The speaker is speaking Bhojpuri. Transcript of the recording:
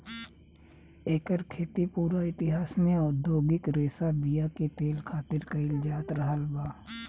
एकर खेती पूरा इतिहास में औधोगिक रेशा बीया के तेल खातिर कईल जात रहल बा